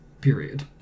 period